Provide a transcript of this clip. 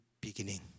beginning